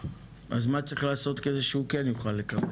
אז מה צריך לעשות כדי שהוא כן יוכל לקבל?